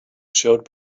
showed